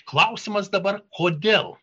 klausimas dabar kodėl